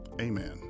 Amen